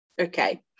okay